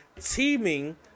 teaming